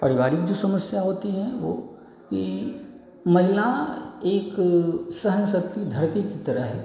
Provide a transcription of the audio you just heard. परिवारिक जो समस्या होती हैं वो कि महिला एक सहन शक्ति धरती की तरह है